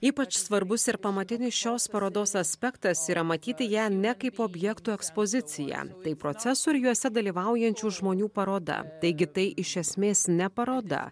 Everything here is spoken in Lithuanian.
ypač svarbus ir pamatinis šios parodos aspektas yra matyti ją ne kaip objektų ekspoziciją tai procesų ir juose dalyvaujančių žmonių paroda taigi tai iš esmės ne paroda